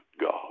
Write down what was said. God